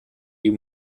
you